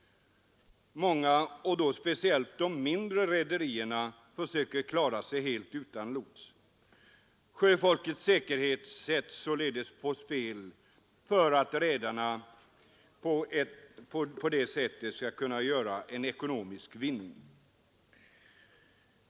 Många rederier — och då speciellt de mindre rederierna — försöker att klara sig helt utan lots. Sjöfolkets säkerhet sätts således på spel för att redarna på det sättet skall kunna göra sig en ekonomisk vinning.